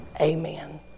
Amen